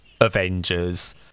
Avengers